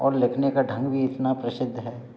और लिखने का ढंग भी इतना प्रसिद्ध है